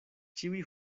ĉiuj